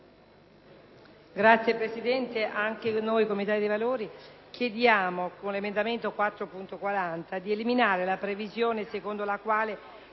Signor Presidente, anche noi, come Italia dei Valori, chiediamo con l’emendamento 4.40 di eliminare la previsione secondo la quale